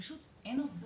פשוט אין עובדות,